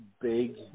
big